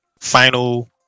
final